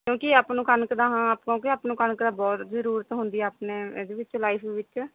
ਕਿਉਂਕਿ ਆਪ ਨੂੰ ਕਣਕ ਦਾ ਹਾਂ ਆਪਾਂ ਕਿਉਂਕਿ ਆਪ ਨੂੰ ਕਣਕ ਦਾ ਬਹੁਤ ਜਰੂਰਤ ਹੁੰਦੀ ਆ ਆਪਣੇ ਇਹਦੇ ਵਿੱਚ ਲਾਈਫ ਵਿੱਚ